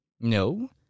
No